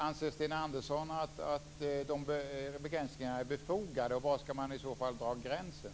Anser Sten Andersson att begränsningarna är befogade? Om inte, var skall man i så fall dra gränsen?